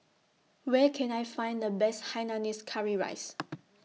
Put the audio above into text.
Where Can I Find The Best Hainanese Curry Rice